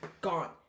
gone